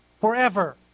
forever